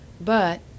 But